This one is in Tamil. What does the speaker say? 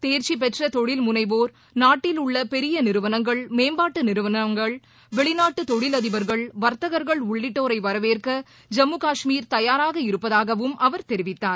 தேர்ச்சி பெற்ற தொழில்முனைவோர் நாட்டில் உள்ள பெரிய நிறுவனங்கள் மேம்பாட்டு நிறுவனங்கள் வெளிநாட்டு தொழிலதிபர்கள் வர்த்தகர்கள் உள்ளிட்டோரை வரவேற்க ஜம்மு காஷ்மீர் தயாராக இருப்பதாகவும் அவர் தெரிவித்தார்